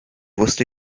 wusste